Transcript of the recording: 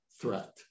threat